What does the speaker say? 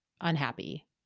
unhappy